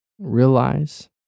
Realize